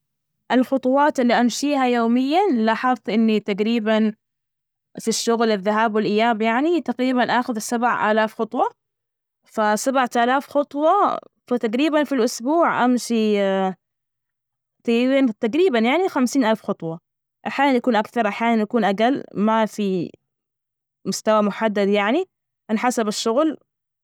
الخطوات اللي أمشيها يوميا لاحظت إني تجريبا في الشغل، الذهاب والإياب، يعني تقريبا أخذ ال سبعة آلاف خطوة، ف سبعة آلاف خطوة، فتجريبا في الأسبوع أمشي. تقريبا يعني خمسين ألف خطوة، أحيانا يكون أكثر، أحيانا يكون أقل ما في مستوى محدد، يعني على حسب الشغل.